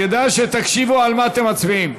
כדאי שתקשיבו על מה אתם מצביעים.